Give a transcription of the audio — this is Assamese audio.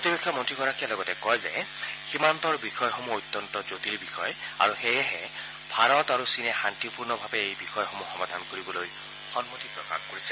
প্ৰতিৰক্ষা মন্ত্ৰীগৰাকীয়ে লগতে কয় যে সীমান্তৰ বিষয়সমূহ অত্যন্ত জটিল বিষয় আৰু সেয়েহে ভাৰত আৰু চীনে শাস্তিপূৰ্ণভাৱে এই বিষয়সমূহ সমাধান কৰিবলৈ সন্মতি প্ৰকাশ কৰিছে